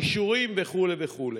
אישורים וכו' וכו'.